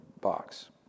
box